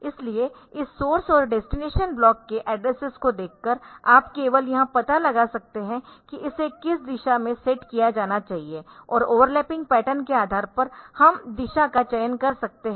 इसलिए इस सोर्स और डेस्टिनेशन ब्लॉक के एड्रेसेस को देखकर आप केवल यह पता लगा सकते है कि इसे किस दिशा में सेट किया जाना चाहिए और ओवरलैपिंग पैटर्न के आधार पर हम दिशा का चयन कर सकते है